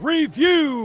Review